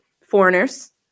foreigners